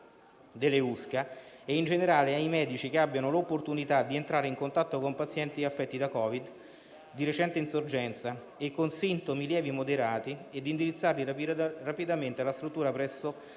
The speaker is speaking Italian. delle USCA e in generale ai medici che abbiano l'opportunità di entrare in contatto con pazienti affetti da Covid-19 di recente insorgenza e con sintomi lievi e moderati e di indirizzarli rapidamente alla struttura presso